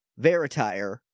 Veritire